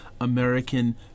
American